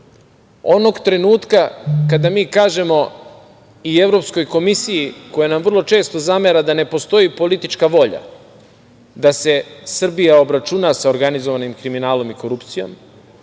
onog trenutka kada mi kažemo i Evropskoj komisiji koja nam vrlo često zamera da ne postoji politička volja da se Srbija obračuna sa organizovanim kriminalom i korupcijom,